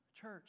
church